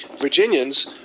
Virginians